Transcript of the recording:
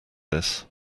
this